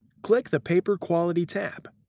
click the paper quality tab.